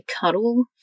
cuddle